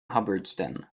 hubbardston